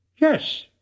Yes